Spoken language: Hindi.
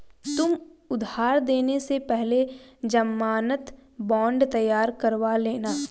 तुम उधार देने से पहले ज़मानत बॉन्ड तैयार करवा लेना